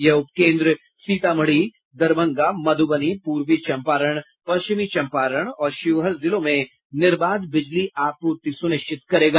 यह उपकेन्द्र सीतामढ़ी दरभंगा मधुबनी पूर्वी चंपारण पश्चिमी चंपारण और शिवहर जिलों में निर्बाध बिजली आपूर्ति सुनिश्चित करेगा